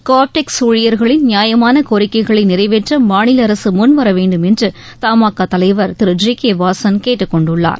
கோ ஆப்டெக்ஸ் ஊழியர்களின் நியாயமான கோரிக்கைகளை நிறைவேற்ற மாநில அரசு முன்வர வேண்டும் என்று தமாகா தலைவர் திரு ஜி கே வாசன் கேட்டுக் கொண்டுள்ளார்